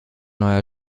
neuer